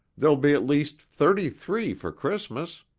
there'll be at least thirty-three for christmas!